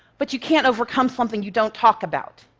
but you can't overcome something you don't talk about.